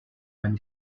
many